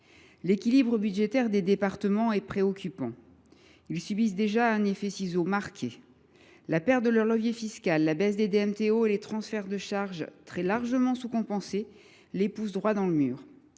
L’équilibre budgétaire des départements est préoccupant. Ils subissent déjà un effet de ciseau marqué. La perte de leur levier fiscal, la baisse des DMTO et les transferts de charges – très largement sous compensés – les poussent droit dans le mur.